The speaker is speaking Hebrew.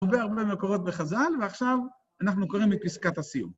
הרבה הרבה מקורות בחז"ל, ועכשיו אנחנו קוראים את פסקת הסיום.